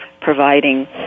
providing